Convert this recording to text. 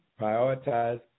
prioritize